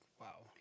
wow